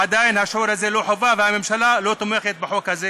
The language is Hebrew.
עדיין השיעור הזה לא חובה והממשלה לא תומכת בחוק הזה,